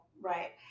Right